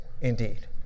indeed